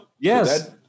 Yes